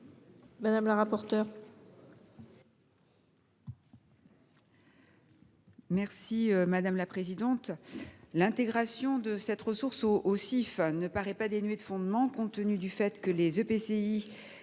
Madame la rapporteure